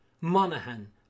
Monaghan